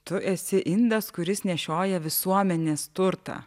tu esi indas kuris nešioja visuomenės turtą